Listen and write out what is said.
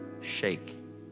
shake